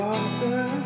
Father